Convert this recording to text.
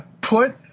put